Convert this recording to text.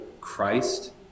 Christ